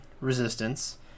resistance